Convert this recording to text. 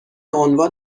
عنوان